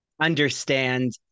understand